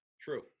True